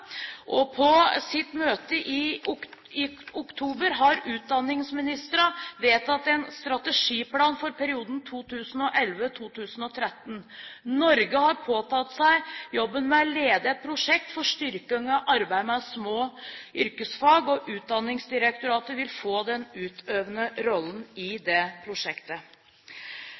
På sitt møte i oktober har utdanningsministrene vedtatt en strategiplan for perioden 2011–2013. Norge har påtatt seg jobben med å lede et prosjekt for styrkingen av arbeidet med små yrkesfag, og Utdanningsdirektoratet vil få den utøvende rollen i dette prosjektet.